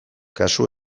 kasu